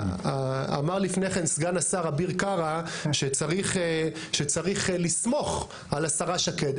אמר לפני כן סגן השר אביר קארה שצריך לסמוך על השרה שקד.